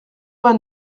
vingt